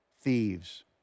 thieves